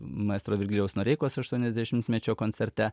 maestro virgilijaus noreikos aštuoniasdešimtmečio koncerte